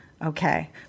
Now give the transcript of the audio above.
Okay